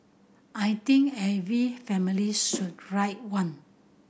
I think every family should write one